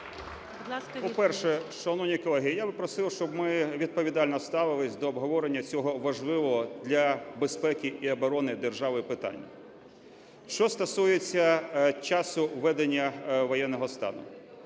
По-перше, шановні колеги, я би просив, щоб ми відповідально ставилися до обговорення цього важливого для безпеки і оборони держави питання. Що стосується часу введення воєнного стану.